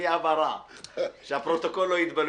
שנעשה משהו מבורך ולא נפגע באף אחד